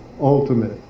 ultimate